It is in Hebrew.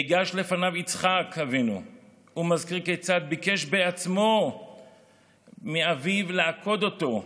ניגש לפניו יצחק אבינו והזכיר כיצד ביקש בעצמו מאביו לעקוד אותו,